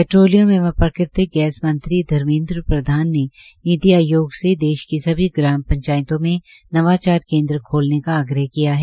petroleum एवं प्राकृतिक gas मंत्री धर्मेन्द्र प्रधान नीति आयोग से देश की सभी ग्राम पंचायतों में नवाचार केन्द्र खोलने का आग्रह किया है